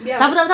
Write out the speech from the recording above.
ya